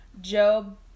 Job